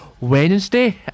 Wednesday